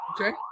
Okay